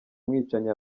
mwicanyi